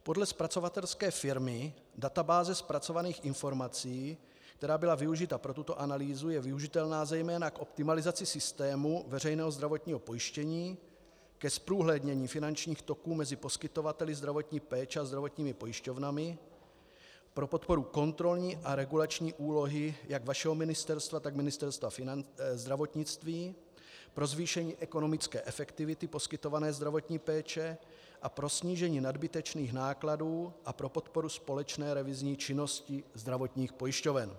Podle zpracovatelské firmy databáze zpracovaných informací, která byla využita pro tuto analýzu, je využitelná zejména k optimalizaci systému veřejného zdravotního pojištění, ke zprůhlednění finančních toků mezi poskytovateli zdravotní péče a zdravotními pojišťovnami, pro podporu kontrolní a regulační úlohy jak vašeho ministerstva, tak Ministerstva zdravotnictví, pro zvýšení ekonomické efektivity poskytované zdravotní péče a pro snížení nadbytečných nákladů a pro podporu společné revizní činnosti zdravotních pojišťoven.